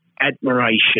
admiration